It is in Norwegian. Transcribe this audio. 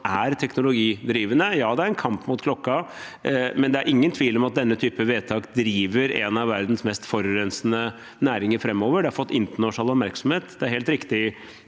er teknologidrivende. Ja, det er en kamp mot klokken, men det er ingen tvil om at denne type vedtak driver en av verdens mest forurensende næringer framover. Det har fått internasjonal oppmerksomhet. Det er helt riktig,